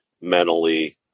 mentally